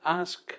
ask